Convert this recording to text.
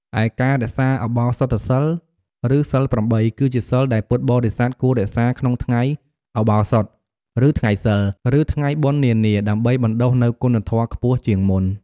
ឯការរក្សាឧបោសថសីល ឬសីល ៨ គឺជាសីលដែលពុទ្ធបរិស័ទគួររក្សាក្នុងថ្ងៃឧបោសថ ឬថ្ងៃសីល ឬថ្ងៃបុណ្យនានា ដើម្បីបណ្ដុះនូវគុណធម៌ខ្ពស់ជាងមុន។